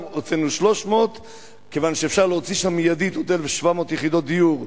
הוצאנו 300. כיוון שאפשר להוציא שם מיידית יותר מ-700 יחידות דיור,